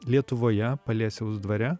lietuvoje paliesiaus dvare